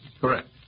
correct